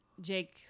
Jake